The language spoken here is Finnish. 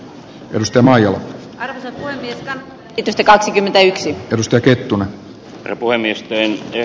yhdistelmäajo ohjeita nitisti kaksikymmentäyksi ottelusta kettuna arvoinnistä ja